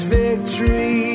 victory